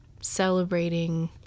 celebrating